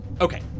Okay